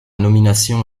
nomination